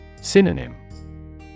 Synonym